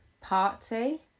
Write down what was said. Party